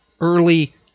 early